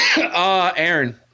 Aaron